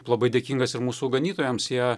labai dėkingas ir mūsų ganytojams jie